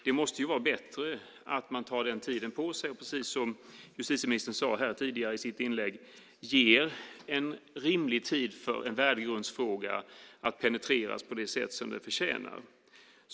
Det måste ju vara bättre att man tar tid på sig, precis som justitieministern sade tidigare i sitt inlägg, och ger en rimlig tid för att penetrera en värdegrundsfråga på det sätt som den förtjänar.